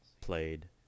played